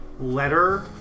letter